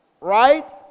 right